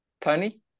tony